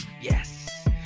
Yes